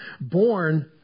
born